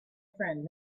friend